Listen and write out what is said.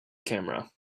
camera